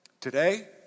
Today